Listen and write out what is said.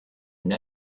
une